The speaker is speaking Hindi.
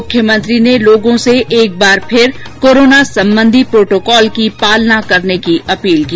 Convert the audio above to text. मुख्यमंत्री ने लोगों से एक फिर कोरोना संबंधी प्रोटोकॉल की पालना करने की अपील की